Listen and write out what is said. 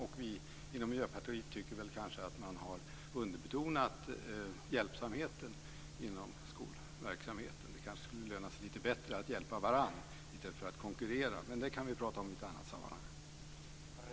Vi i Miljöpartiet tycker att man har underbetonat hjälpsamheten inom skolverksamheten. Det kanske skulle löna sig bättre att hjälpa varandra i stället för att konkurrera. Men det kan vi diskutera i ett annat sammanhang.